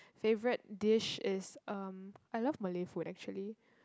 favourite dish is um I love Malay food actually